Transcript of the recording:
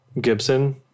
Gibson